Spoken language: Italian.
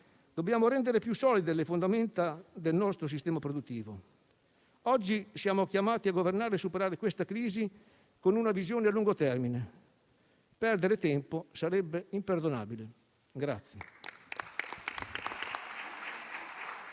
Dobbiamo rendere più solide le fondamenta del nostro sistema produttivo. Oggi siamo chiamati a governare e a superare questa crisi, con una visione a lungo termine: perdere tempo sarebbe imperdonabile.